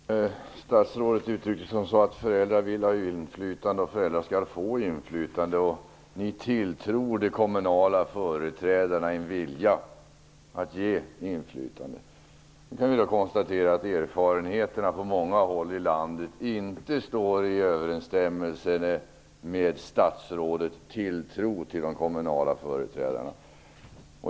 Fru talman! Statsrådet uttryckte sig som så att föräldrar vill ha inflytande och föräldrar skall få inflytande. Ni tilltror de kommunala företrädarna en vilja att ge inflytande. Då kan jag konstatera att erfarenheterna på många håll i landet inte står i överensstämmelse med statsrådets tilltro till de kommunala företrädarna.